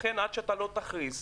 לכן עד שלא תכריז,